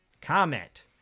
Comment